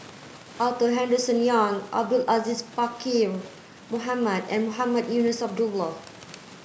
Arthur Henderson Young Abdul Aziz Pakkeer Mohamed and Mohamed Eunos Abdullah